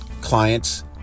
clients